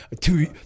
two